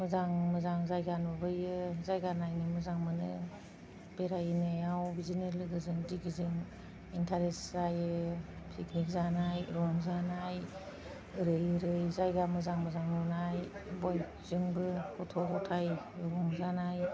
मोजां मोजां जायगा नुबोयो जायगा नायनो मोजां मोनो बेरायनायाव बिदिनो लोगोजों दिगिजों इन्टारेस्ट जायो पिकनिक जानाय रंजानाय ओरै ओरै जायगा मोजां मोजां नुनाय बयजोंबो गथ' गथाय रंजानाय